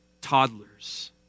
toddlers